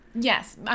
Yes